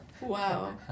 Wow